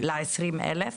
20,000?